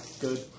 good